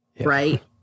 right